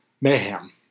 mayhem